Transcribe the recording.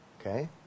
Okay